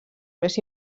més